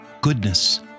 goodness